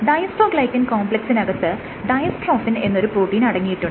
dystroglycan കോംപ്ലെക്സിനകത്ത് dystrophin എന്ന ഒരു പ്രോട്ടീൻ അടങ്ങിയിട്ടുണ്ട്